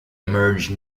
emerge